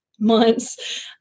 months